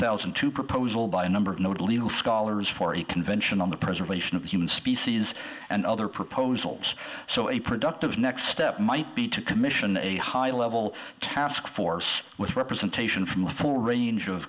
thousand two proposal by a number of note legal scholars for a convention on the preservation of human species and other proposals so a productive next step might be to commission a high level task force with representation from a full range of